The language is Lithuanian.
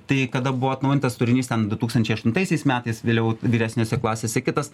tai kada buvo atnaujintas turinys ten du tūkstančiai aštuntaisiais metais vėliau vyresnėse klasėse kitas